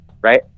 Right